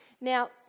Now